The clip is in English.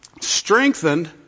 strengthened